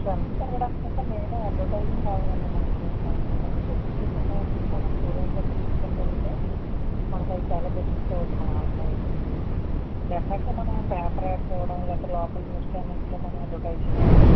strength పెరగడానికి అంటే main advertising కావాలి అండి మనకి మనకి ఇన్ని ఫెసిలిటీస్ ఉన్నాయి అని చెప్పి మన స్టూడెంట్లకి తిసుకువెళ్ళ కలిగితే మనకు ఆది చాలా బెనిఫిట్ అవుతుంది మన ఆర్గనైజేషన్కి డెఫినేట్టుగా మనం పేపర్ యాడ్స్ ఇవ్వడం లేకపోతే లోకల్ న్యూస్ చానెల్స్లో మనం అడ్వర్టైజింగ్ ఇవ్వడం